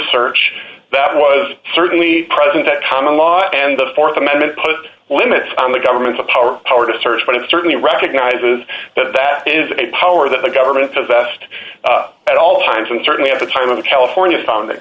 search that was certainly present that common law and the th amendment put limits on the government's power power to search but it certainly recognises that that is a power that the government does best at all times and certainly at the time of california found that